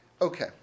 Okay